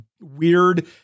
weird